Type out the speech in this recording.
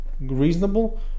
reasonable